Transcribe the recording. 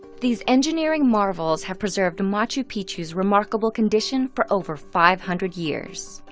these engineering marvels have preserved machu picchu's remarkable condition for over five hundred years.